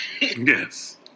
Yes